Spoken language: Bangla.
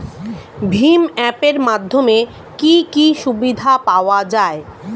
ভিম অ্যাপ এর মাধ্যমে কি কি সুবিধা পাওয়া যায়?